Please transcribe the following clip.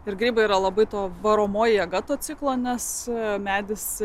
ir grybai yra labai to varomoji jėga to ciklo nes medis